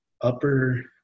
upper